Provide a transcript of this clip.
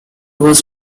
was